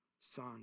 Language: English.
son